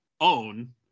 own